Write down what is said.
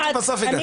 בסוף הגעת.